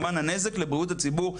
כמובן הנזק לבריאות הציבור,